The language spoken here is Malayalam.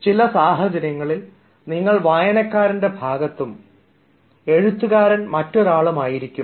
ചില സാഹചര്യങ്ങളിൽ നിങ്ങൾ വായനക്കാരനെ ഭാഗത്തും എഴുത്തുകാരൻ മറ്റൊരാളും ആയിരിക്കും